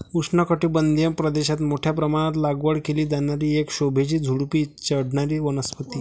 उष्णकटिबंधीय प्रदेशात मोठ्या प्रमाणात लागवड केली जाणारी एक शोभेची झुडुपी चढणारी वनस्पती